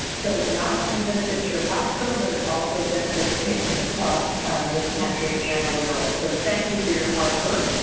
so, it not only benefits your hospital, but it also benefits patients across this country and the world. so, but thank you for your hard work,